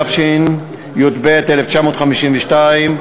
התשי"ב 1952,